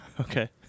Okay